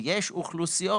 ויש אוכלוסיות